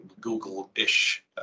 Google-ish